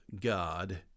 God